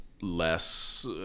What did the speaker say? less